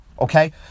Okay